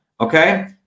okay